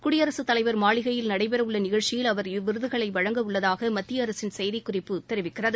குடியரசுத் தலைவர் மாளிகையில் நடைபெறவுள்ள நிகழ்ச்சியில் அவர் இவ்விருதுகளை வழங்கவுள்ளதாக மத்திய அரசின் செய்திக் குறிப்பு தெரிவிக்கிறது